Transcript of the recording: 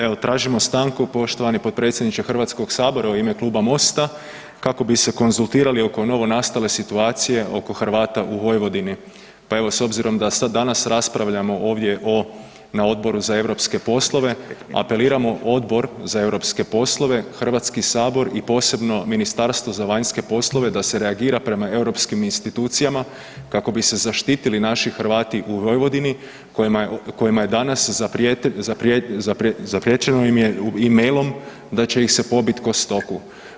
Evo, tražimo stanku poštovani potpredsjedniče Hrvatskog sabora, u ime kluba Mosta kako bi se konzultirali oko novonastale situacije oko Hrvata u Vojvodini pa evo s obzirom da sad danas raspravljamo ovdje o na Odboru za europske poslove, apeliramo Odbor za europske poslove, HS i posebno MVEP da se reagira prema europskim institucijama kako bi se zaštitili naši Hrvati u Vojvodini kojima je danas zapriječeno im je emailom da će ih se pobiti ko stoku.